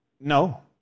No